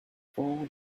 four